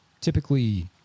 typically